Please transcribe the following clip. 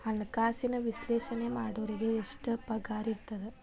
ಹಣ್ಕಾಸಿನ ವಿಶ್ಲೇಷಣೆ ಮಾಡೋರಿಗೆ ಎಷ್ಟ್ ಪಗಾರಿರ್ತದ?